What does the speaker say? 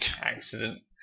accident